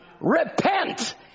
repent